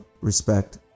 respect